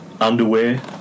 Underwear